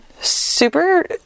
super